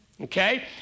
Okay